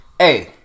Hey